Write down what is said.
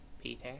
Peter